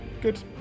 Good